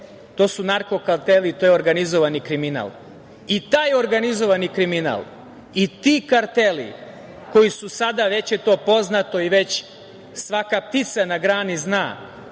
to su narko-karteli, to je organizovani kriminal. Taj organizovani kriminal i ti karteli koji su sada, već je to poznato i već svaka ptica na grani zna,